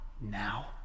now